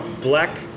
black